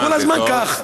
כל הזמן כך.